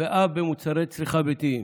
ואף של מוצרי צריכה ביתיים.